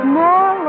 more